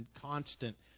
constant